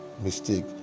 mistake